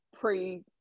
pre